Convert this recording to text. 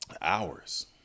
Hours